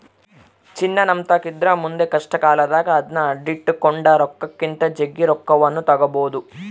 ಚಿನ್ನ ನಮ್ಮತಾಕಿದ್ರ ಮುಂದೆ ಕಷ್ಟಕಾಲದಾಗ ಅದ್ನ ಅಡಿಟ್ಟು ಕೊಂಡ ರೊಕ್ಕಕ್ಕಿಂತ ಜಗ್ಗಿ ರೊಕ್ಕವನ್ನು ತಗಬೊದು